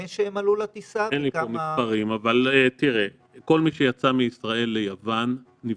אין לי פה מספרים אבל כל מי שיצא מישראל ליוון נבדק,